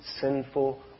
sinful